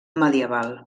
medieval